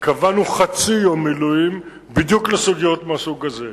קבענו חצי יום מילואים בדיוק לסוגיות מהסוג הזה,